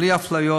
בלי אפליות.